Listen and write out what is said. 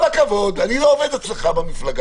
כל הכבוד, אני לא עובד אצלך במפלגה.